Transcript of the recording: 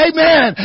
Amen